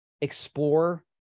explore